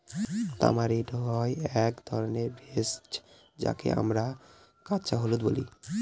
tamarind হয় এক ধরনের ভেষজ যাকে আমরা কাঁচা হলুদ বলি